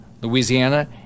Louisiana